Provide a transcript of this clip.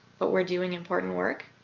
but we're doing important work.